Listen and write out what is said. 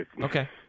Okay